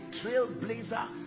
trailblazer